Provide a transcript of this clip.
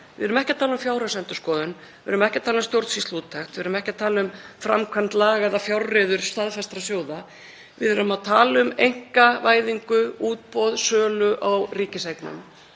Við erum ekki að tala um fjárhagsendurskoðun, við erum ekki að tala um stjórnsýsluúttekt, við erum ekki að tala um framkvæmd laga eða fjárreiður staðfestra sjóða, við erum að tala um einkavæðingu, útboð, sölu á ríkiseignum.